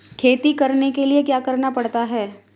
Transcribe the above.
खेती करने के लिए क्या क्या करना पड़ता है?